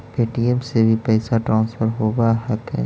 Paytm से भी पैसा ट्रांसफर होवहकै?